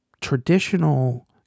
traditional